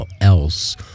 else